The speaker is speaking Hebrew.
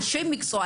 אנשי מקצוע,